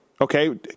okay